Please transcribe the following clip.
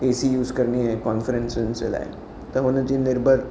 AC use करणी आहे conferences जे लाइ त हुनजी निर्भर